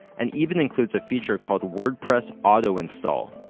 and even includes a feature called the wordpress auto-install,